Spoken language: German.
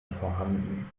vorhanden